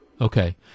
Okay